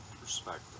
perspective